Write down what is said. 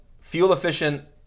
fuel-efficient